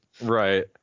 Right